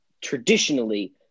traditionally